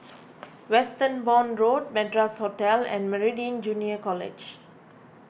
Westbourne Road Madras Hotel and Meridian Junior College